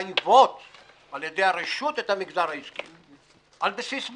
מחייבות על ידי הרשות את המגזר העסקי, על בסיס מה?